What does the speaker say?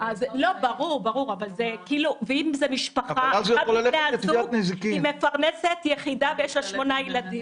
או נניח ומדובר באישה שהיא מפרנסת יחידה ויש לנו שמונה ילדים.